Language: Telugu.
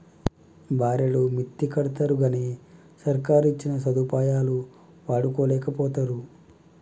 బారెడు మిత్తికడ్తరుగని సర్కారిచ్చిన సదుపాయాలు వాడుకోలేకపోతరు